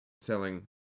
selling